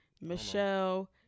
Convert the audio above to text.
Michelle